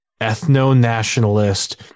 ethno-nationalist